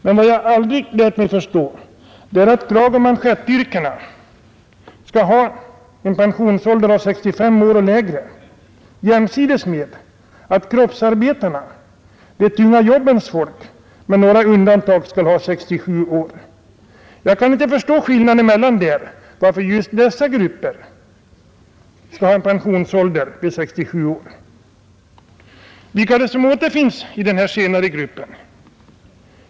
Men vad jag aldrig lärt mig förstå är att kragoch manschettyrkena skall ha en pensionsålder av 65 år och lägre jämsides med att kroppsarbetarna, de tunga jobbens folk, med några undantag skall ha 67 år. Jag kan inte förstå var skillnaden ligger och varför just dessa grupper skall ha en pensionsålder vid 67 år. Vilka är det som återfinns i den senare gruppen?